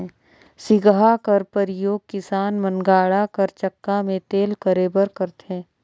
सिगहा कर परियोग किसान मन गाड़ा कर चक्का मे तेल करे बर करथे